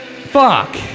Fuck